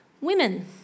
Women